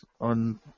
on